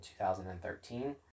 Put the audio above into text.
2013